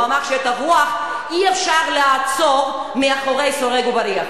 הוא אמר שאת הרוח אי-אפשר לעצור מאחורי סורג ובריח.